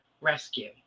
rescue